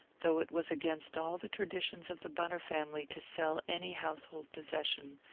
though it was against all the traditions of the bunner family to sell any household possession,